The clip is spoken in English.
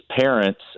parents